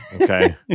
Okay